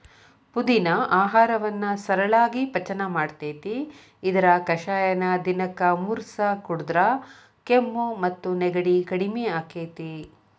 ಪುದಿನಾ ಆಹಾರವನ್ನ ಸರಳಾಗಿ ಪಚನ ಮಾಡ್ತೆತಿ, ಇದರ ಕಷಾಯನ ದಿನಕ್ಕ ಮೂರಸ ಕುಡದ್ರ ಕೆಮ್ಮು ಮತ್ತು ನೆಗಡಿ ಕಡಿಮಿ ಆಕ್ಕೆತಿ